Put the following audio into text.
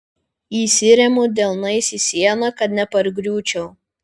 įsiremiu delnais į sieną kad nepargriūčiau